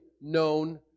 known